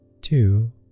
two